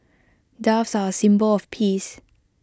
doves are A symbol of peace